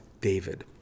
David